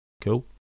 Cool